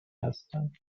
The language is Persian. هستند